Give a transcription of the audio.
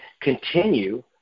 continue